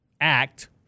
act